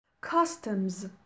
Customs